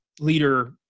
leader